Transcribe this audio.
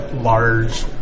large